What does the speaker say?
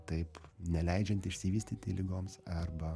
taip neleidžiant išsivystyti ligoms arba